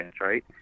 right